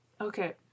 Okay